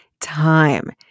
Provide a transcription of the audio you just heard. time